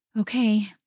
Okay